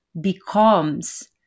becomes